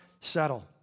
settle